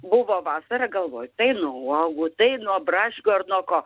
buvo vasara galvoj tai nuo uogų tai nuo braškių ar nuo ko